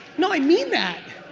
no, i mean that.